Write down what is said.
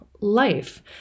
life